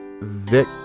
Vic